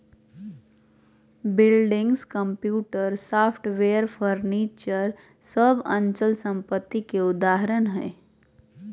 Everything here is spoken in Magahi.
बिल्डिंग्स, कंप्यूटर, सॉफ्टवेयर, फर्नीचर सब अचल संपत्ति के उदाहरण हय